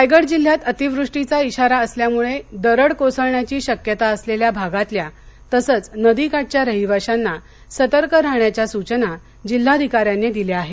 रायगड जिल्ह्यात अतिवृष्टीचा इशारा असल्यामुळे दरड कोसळण्याची शक्यता असलेल्या भागातल्या तसंच नदीकाठच्या रहिवाशांना सतर्क राहण्याच्या सुचना जिल्हाधिकाऱ्यांनी दिल्या आहेत